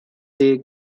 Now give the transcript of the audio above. they